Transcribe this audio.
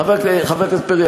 חבר הכנסת פרי,